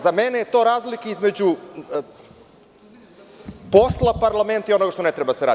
Za mene je to razlika između posla parlamenta i onoga što ne treba da se radi.